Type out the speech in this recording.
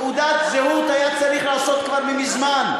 תעודת זהות היה צריך לעשות כבר מזמן.